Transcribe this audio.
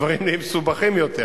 הדברים נהיים מסובכים יותר,